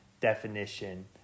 definition